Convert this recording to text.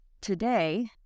today